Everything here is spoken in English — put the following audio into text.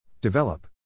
Develop